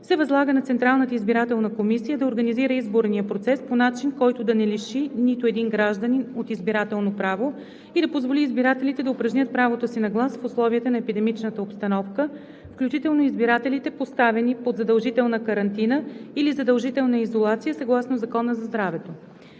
се възлага на Централната избирателна комисия да организира изборния процес по начин, който да не лиши нито един гражданин от избирателно право и да позволи избирателите да упражнят правото си на глас в условията на епидемичната обстановка, включително избирателите, поставени под задължителна карантина или задължителна изолация съгласно Закона за здравето.